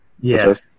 Yes